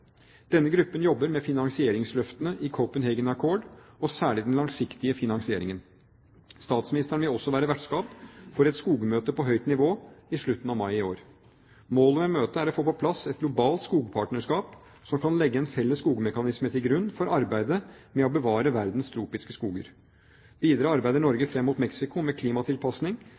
Denne gruppen jobber med finansieringsløftene i Copenhagen Accord og særlig den langsiktige finansieringen. Statsministeren vil også være vertskap for et skogmøte på høyt nivå i slutten av mai i år. Målet med møtet er å få på plass et globalt skogpartnerskap som kan legge en felles skogmekanisme til grunn for arbeidet med å bevare verdens tropiske skoger. Videre arbeider Norge fram mot Mexico med klimatilpasning